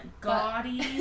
gaudy